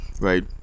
right